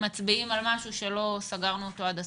מצביעים על משהו שלא סגרנו אותו עד הסוף.